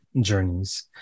journeys